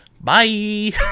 Bye